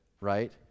right